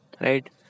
Right